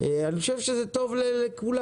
אני חושב שזה טוב לכולם,